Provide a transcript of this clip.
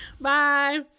Bye